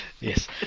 Yes